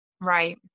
Right